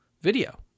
video